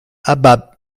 abad